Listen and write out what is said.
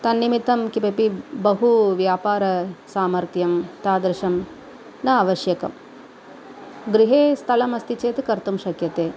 तन्निमित्तं किमपि बहुव्यापारसामर्थ्यं तादृशं न आवश्यकं गृहे स्थलमस्ति चेत् कर्तुं शक्यते